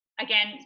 again